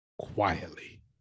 quietly